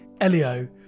Elio